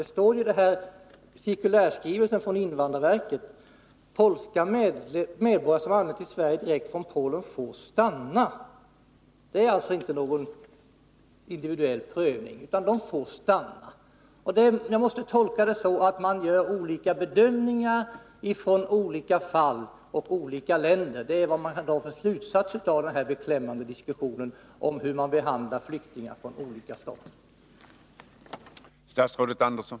Det står i cirkulärskrivelsen från invandrarverket: Polska medborgare som anlänt till Sverige direkt från Polen får stanna. Det är alltså inte någon individuell prövning, utan alla dessa polacker får Nr 104 stamna:. Tisdagen den Jag måste tolka detta så att man gör olika bedömningar när det gäller olika 23 mars 1982 fall och olika länder. Det är den slutsats som man kan dra av den här beklämmande diskussionen om hur flyktingar från olika stater behandlas.